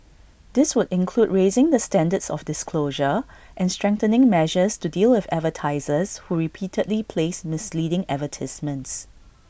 this would include raising the standards of disclosure and strengthening measures to deal with advertisers who repeatedly place misleading advertisements